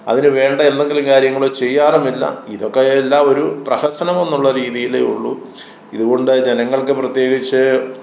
അതിന് വേണ്ട എന്തെങ്കിലും കാര്യങ്ങൾ ചെയ്യാറുമില്ല ഇതൊക്കെ എല്ലാം ഒരു പ്രഹസനമെന്നുള്ള രീതിയിലേ ഉള്ളൂ ഇത് കൊണ്ട് ജനങ്ങൾക്ക് പ്രത്യേകിച്ച്